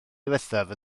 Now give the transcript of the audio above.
ddiwethaf